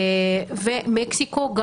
וגם מקסיקו,